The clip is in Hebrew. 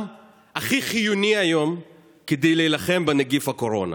הכי חיוני היום כדי להילחם בנגיף הקורונה.